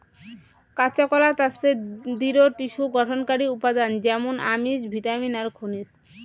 কাঁচাকলাত আছে দৃঢ টিস্যু গঠনকারী উপাদান য্যামুন আমিষ, ভিটামিন আর খনিজ